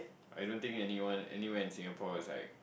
I don't think anyone anywhere in Singapore is like